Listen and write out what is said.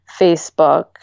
Facebook